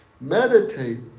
Meditate